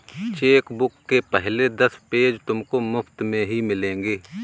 chequebook के पहले दस पेज तुमको मुफ़्त में ही मिलेंगे